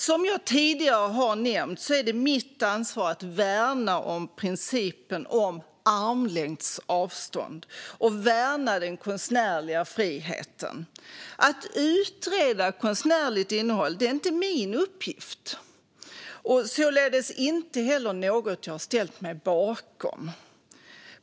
Som jag tidigare har nämnt är det mitt ansvar att värna om principen om armlängds avstånd och att värna den konstnärliga friheten. Att utreda konstnärligt innehåll är inte min uppgift och således inte heller något som jag har ställt mig bakom.